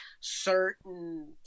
certain